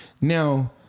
now